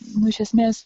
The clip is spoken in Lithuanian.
nu iš esmės